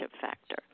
factor